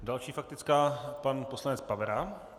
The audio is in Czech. Další faktická, pan poslanec Pavera.